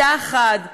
יחד.